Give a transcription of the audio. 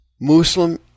Muslim